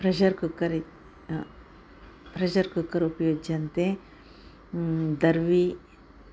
pressure cooker इति pressure cooker उपयुज्यन्ते दर्वी